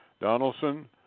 Donaldson